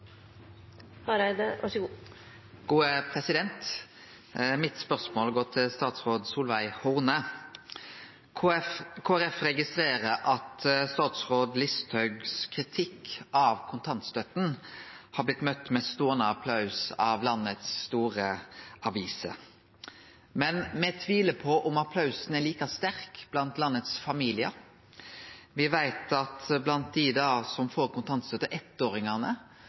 Mitt spørsmål går til statsråd Solveig Horne. Kristeleg Folkeparti registrerer at statsråd Listhaugs kritikk av kontantstøtta har blitt møtt med ståande applaus av dei store avisene i landet. Men me tvilar på om applausen er like sterk blant familiane i landet. Me veit at blant dei som kan få kontantstøtte, eittåringane,